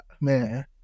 man